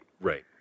Right